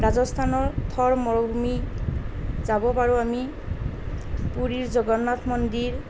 ৰাজস্থানৰ থৰ মৰুভূমি যাব পাৰোঁ আমি পুৰীৰ জগন্নাথ মন্দিৰ